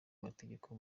amategeko